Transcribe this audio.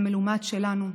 המלומד שלנו,